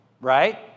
right